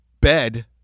bed